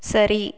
சரி